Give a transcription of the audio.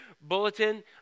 bulletin